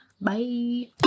Bye